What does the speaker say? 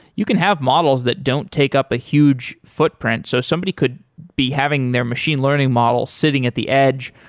you can have models that don't take up a huge footprint. so somebody could be having their machine learning model sitting at the edge,